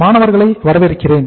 மாணவர்களை வரவேற்கிறேன்